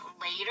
later